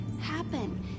happen